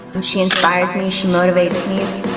and she inspires me, she motivates me.